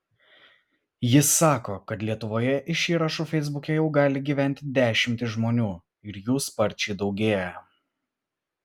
jis sako kad lietuvoje iš įrašų feisbuke jau gali gyventi dešimtys žmonių ir jų sparčiai daugėja